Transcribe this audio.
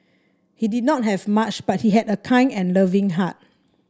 he did not have much but he had a kind and loving heart